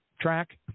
track